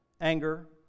anger